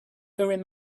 urim